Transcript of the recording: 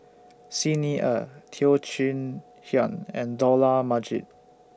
Xi Ni Er Teo Chee Hean and Dollah Majid